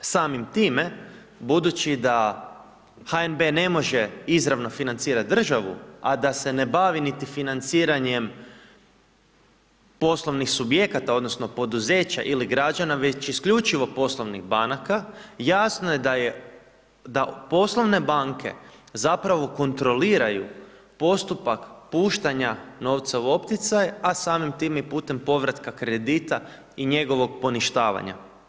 Samim time, budući da HNB ne može izravno financirati državu, a da se ne bavi niti financiranjem poslovnih subjekata odnosno poduzeća ili građana već isključivo poslovnih banaka jasno je da poslovne banke zapravo kontroliraju postupak puštanja novca u opticaj, a samim tim i putem povratka kredita i njegovog poništavanja.